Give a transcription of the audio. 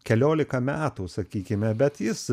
keliolika metų sakykime bet jis